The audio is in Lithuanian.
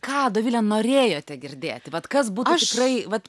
ką dovile norėjote girdėti vat kas būtų tikrai vat